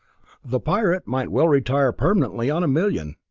the pirate might well retire permanently on a million,